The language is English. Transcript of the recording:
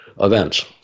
events